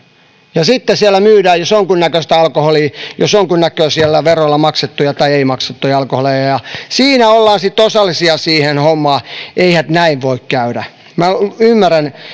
ja sitten siellä myydään jos jonkunnäköistä alkoholia jos jonkunnäköisillä veroilla maksettuja tai ei maksettuja alkoholeja ja siinä ollaan sitten osallisia siihen hommaan eihän näin voi käydä minä ymmärrän